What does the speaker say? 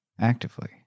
actively